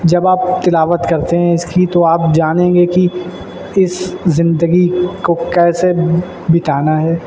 جب آپ تلاوت کرتے ہیں اس کی تو آپ جانیں گے کہ اس زندگی کو کیسے بتانا ہے